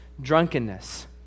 drunkenness